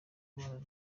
kubana